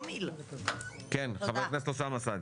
כן ח"כ אוסאמה סעדי.